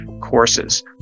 courses